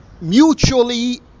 mutually